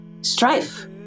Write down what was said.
strife